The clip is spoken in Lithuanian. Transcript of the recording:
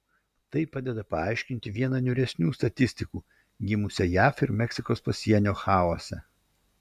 tai padeda paaiškinti vieną niūresnių statistikų gimusią jav ir meksikos pasienio chaose